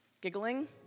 giggling